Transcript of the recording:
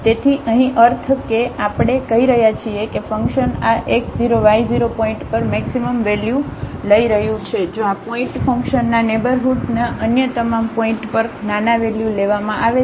તેથી અહીં અર્થ કે આપણે કહી રહ્યા છીએ કે ફંક્શન આ x0 y0 પોઇન્ટ પર મેક્સિમમ વેલ્યુ લઈ રહ્યું છે જો આ પોઇન્ટ ફંક્શનના નેઇબરહુડના અન્ય તમામ પોઇન્ટ પર નાના વેલ્યુ લેવામાં આવે છે